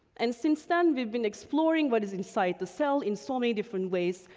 and since then, we've been exploring what is inside the cell in so many different ways.